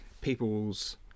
people's